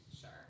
Sure